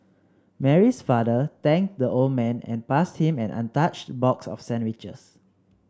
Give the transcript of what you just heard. Mary's father thanked the old man and passed him an untouched box of sandwiches